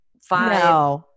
Five